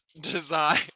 Desire